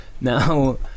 Now